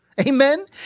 Amen